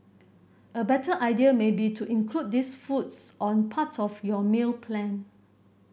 a better idea may be to include these foods on part of your meal plan